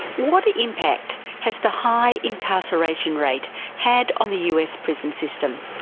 what impact has the high incarceration rate had on the us prison system?